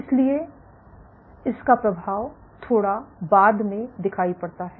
इसलिए इसका प्रभाव थोड़ा बाद में दिखाई पड़ता है